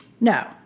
No